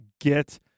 get